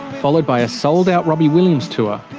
followed by a sold-out robbie williams tour.